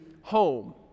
home